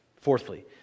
Fourthly